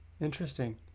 Interesting